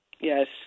Yes